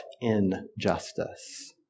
injustice